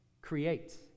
creates